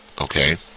okay